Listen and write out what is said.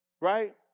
Right